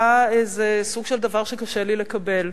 היה איזה סוג של דבר שקשה לי לקבל.